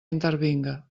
intervinga